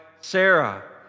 Sarah